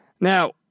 Now